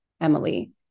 Emily